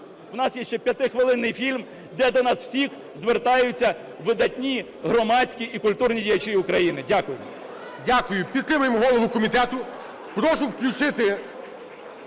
В нас ще є 5-хвилинний фільм, де до нас всіх звертаються видатні громадські і культурні діячі України. Дякую.